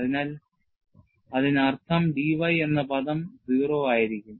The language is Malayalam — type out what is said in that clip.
അതിനാൽ അതിനർത്ഥം dy എന്ന പദം 0 ആയിരിക്കും